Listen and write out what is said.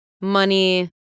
money